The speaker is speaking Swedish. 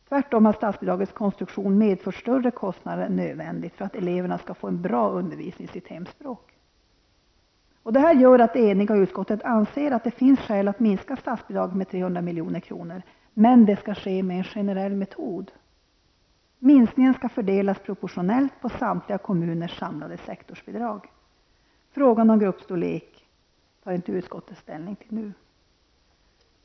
Tvärtom har statsbidragets konstruktion medfört större kostnader än som är nödvändigt när det gäller att ge eleverna en bra undervisning i hemspråket. Detta gör att ett enigt utskott anser att det finns skäl att minska statsbidraget med 300 milj.kr. Därvidlag skall en generell metod tillämpas. Minskningen skall gälla proportionellt med avseende på samtliga kommuners samlade sektorsbidrag. Frågan om gruppstorleken tar utskottet inte nu ställning till.